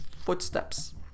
footsteps